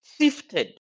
shifted